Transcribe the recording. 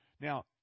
Now